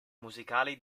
musicali